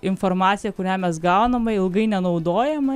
informacija kurią mes gaunama ilgai nenaudojama